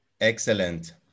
Excellent